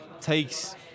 takes